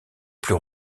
plus